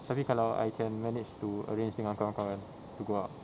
tapi kalau I can manage to arrange dengan kawan-kawan to go out